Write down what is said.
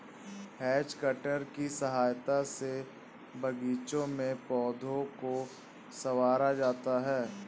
has cutter की सहायता से बागीचों में पौधों को सँवारा जाता है